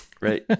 Right